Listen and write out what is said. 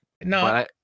No